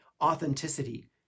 authenticity